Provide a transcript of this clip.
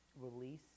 release